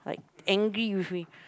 angry with me